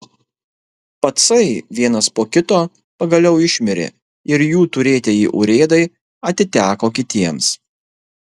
pacai vienas po kito pagaliau išmirė ir jų turėtieji urėdai atiteko kitiems